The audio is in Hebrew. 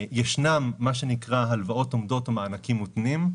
ישנן מה שנקרא הלוואות עומדות או מענקים מותנים,